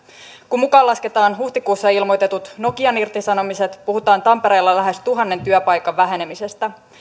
kun mukaan lasketaan huhtikuussa ilmoitetut nokian irtisanomiset puhutaan tampereella lähes tuhannen työpaikan vähenemisestä